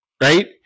right